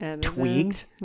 tweaked